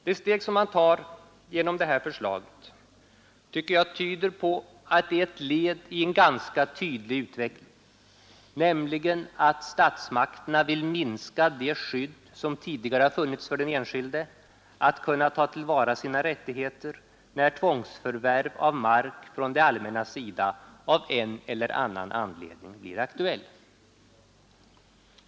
Det steg som man tar genom det här förslaget tycker jag tyder på att det är ett led i en ganska tydlig utveckling, nämligen att statsmakterna vill minska det skydd som tidigare har funnits för den enskilde att kunna ta till vara sina rättigheter när tvångsförvärv av mark från det allmännas sida av en eller annan anledning blir aktuellt.